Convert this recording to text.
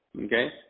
okay